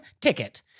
ticket